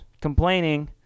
complaining